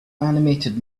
animated